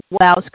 allows